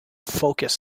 focus